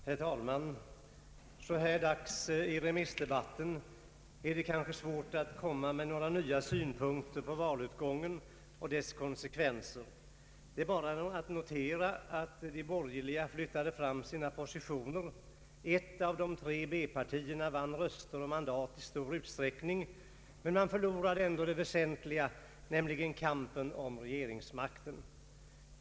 Herr talman! Så här dags i remissdebatten är det kanske svårt att komma med några nya synpunkter på valutgången och dess konsekvenser. Det är bara att notera att de borgerliga flyttade fram sina positioner. Ett av de tre B-partierna vann röster och mandat i stor utsträckning, men man förlorade ändå det väsentliga, nämligen kampen om regeringsmakten.